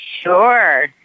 Sure